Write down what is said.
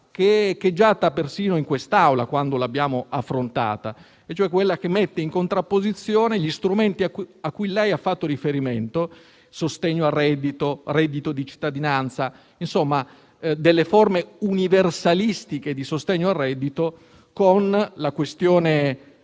che è echeggiata persino in quest'Aula quando l'abbiamo affrontata, e cioè quella che mette in contrapposizione gli strumenti a cui lei ha fatto riferimento (sostegno al reddito, reddito di cittadinanza, forme universalistiche di sostegno al reddito) alla questione